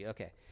Okay